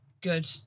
Good